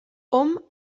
hom